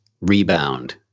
rebound